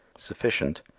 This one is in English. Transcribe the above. sufficient,